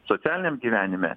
socialiniam gyvenime